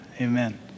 Amen